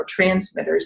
neurotransmitters